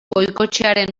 goikoetxearen